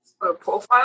profile